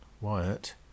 Wyatt